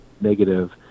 negative